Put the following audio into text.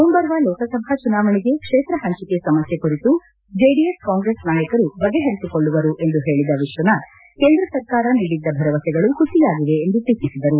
ಮುಂಬರುವ ಲೋಕಸಭಾ ಚುನಾವಣೆಗೆ ಕ್ಷೇತ್ರ ಹಂಚಿಕೆ ಸಮಸ್ಯೆ ಕುರಿತು ಜೆದಿಎಸ್ ಕಾಂಗ್ರೆಸ್ ನಾಯಕರು ಬಗೆಹರಿಸಿಕೊಳ್ಳುವರು ಎಂದು ಹೇಳಿದ ವಿಶ್ವನಾಥ್ ಕೇಂದ್ರ ಸರ್ಕಾರ ನೀಡಿದ್ದ ಭರವಸೆಗಳು ಹುಸಿಯಾಗಿವೆ ಎಂದು ಟೀಕಿಸಿದರು